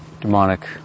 demonic